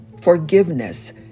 Forgiveness